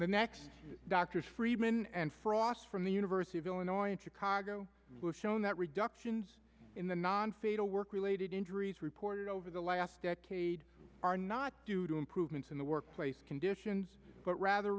illnesses doctors friedman and frost from the university of illinois in chicago will shown that reductions in the non fatal work related injuries reported over the last decade are not due to improvements in the workplace conditions but rather